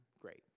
great